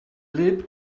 wlyb